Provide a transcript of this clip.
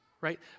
Right